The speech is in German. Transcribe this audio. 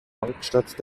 hauptstadt